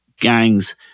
gangs